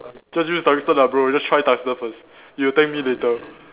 just use tungsten lah bro just try tungsten first you'll thank me later